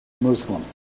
Muslim